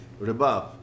rebab